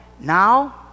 now